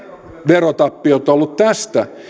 verotappiot olleet tästä